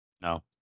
No